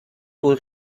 wohl